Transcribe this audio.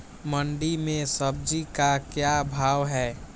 मंडी में सब्जी का क्या भाव हैँ?